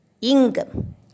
ing